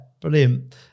Brilliant